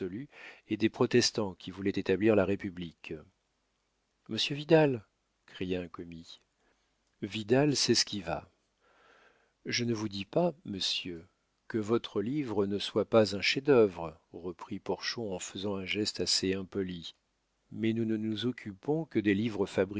et des protestants qui voulaient établir la république monsieur vidal cria un commis vidal s'esquiva je ne vous dis pas monsieur que votre livre ne soit pas un chef-d'œuvre reprit porchon en faisant un geste assez impoli mais nous ne nous occupons que des livres